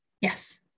yes